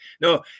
No